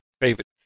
favorite